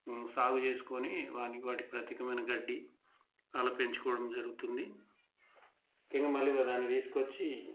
సాగుచేసుకొని వానికి వాటికి ప్రత్యేకమయిన గడ్డి అలా పెంచుకోవడం జరుగుతుంది ఇంకా మళ్ళీ దాని తీసుకొచ్చి